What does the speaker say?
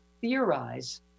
theorize